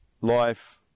life